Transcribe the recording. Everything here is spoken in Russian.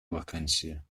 вакансия